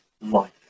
life